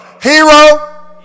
Hero